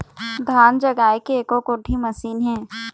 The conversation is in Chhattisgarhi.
धान जगाए के एको कोठी मशीन हे?